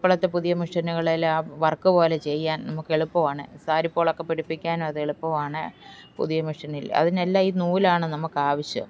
ഇപ്പോഴത്തെ പുതിയ മെഷീനുകളിൽ ആ വർക്ക് പോലെ ചെയ്യാൻ നമുക്ക് എളുപ്പമാണ് സാരിപോൾ ഒക്കെ പിടിപ്പിക്കാൻ അത് എളുപ്പമാണ് പുതിയ മെഷിനിൽ അതിനെല്ലാം ഈ നൂലാണ് നമുക്ക് ആവശ്യം